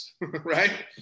right